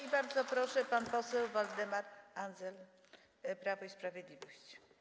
I bardzo proszę, pan poseł Waldemar Andzel, Prawo i Sprawiedliwość.